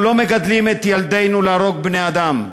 אנחנו לא מגדלים את ילדינו להרוג בני-אדם,